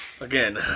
Again